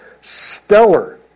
stellar